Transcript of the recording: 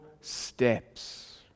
steps